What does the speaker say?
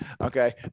okay